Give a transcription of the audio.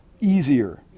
easier